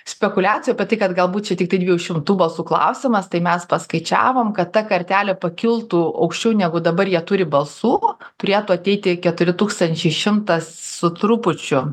spekuliacijų apie tai kad galbūt čia tiktai dviejų šimtų balsų klausimas tai mes paskaičiavom kad ta kartelė pakiltų aukščiau negu dabar jie turi balsų turėtų ateiti keturi tūkstančiai šimtas su trupučiu